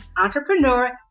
entrepreneur